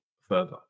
further